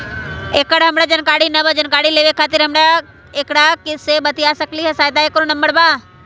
एकर हमरा जानकारी न बा जानकारी लेवे के खातिर हम केकरा से बातिया सकली ह सहायता के कोनो नंबर बा?